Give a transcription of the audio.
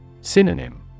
Synonym